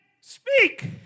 speak